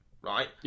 right